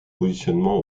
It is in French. positionnement